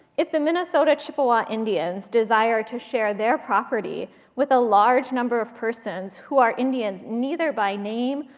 if the minnesota chippewa indians desire to share their property with a large number of persons who are indians neither by name,